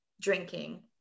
drinking